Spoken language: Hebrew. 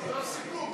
שיכון,